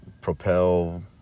Propel